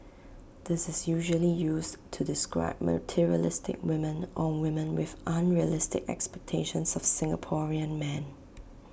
this is usually used to describe materialistic women or women with unrealistic expectations of Singaporean men